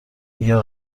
اگر